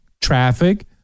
traffic